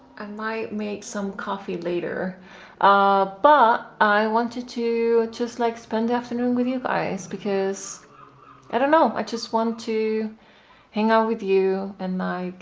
i might make some coffe later aah, but i wanted to just like, spend the afternoon with you guys because i don't know i just want to hang out with you and like,